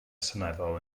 seneddol